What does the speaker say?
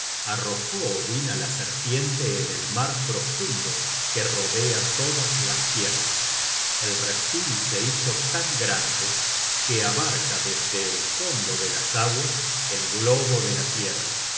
odin á la serpiente en el mar profundo que rodea todas las tierras el reptil se hizo tan grande que abarca desde el fondo de las aguas el globo de la tierra